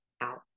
out